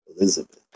Elizabeth